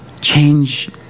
Change